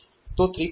તો 3